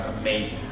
amazing